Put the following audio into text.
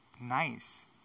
nice